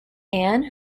anne